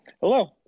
Hello